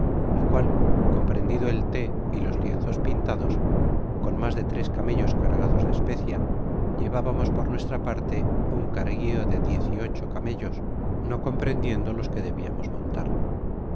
lo cual comprendido el té y los lienzos pintados con mas tres camellos cargados de especia llevábamos por nuestra parte un carguio de diez y ocho camellos no comprendiendo los que debiamos montar